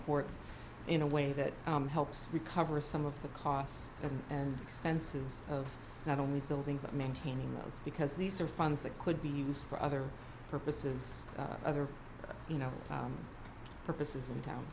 courts in a way that helps recover some of the costs and expenses of not only building but maintaining those because these are funds that could be used for other purposes other you know purposes in town